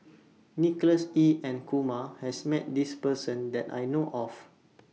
Nicholas Ee and Kumar has Met This Person that I know of